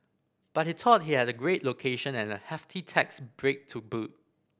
but he thought he had a great location and a hefty tax break to boot